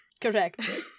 Correct